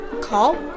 Call